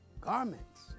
garments